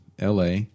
LA